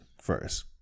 first